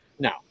Now